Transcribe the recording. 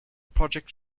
project